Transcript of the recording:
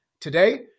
Today